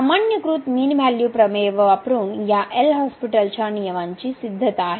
सामान्यीकृत mean value प्रमेय वापरून या एल हॉस्पिटलच्या नियमांची सिद्धता आहे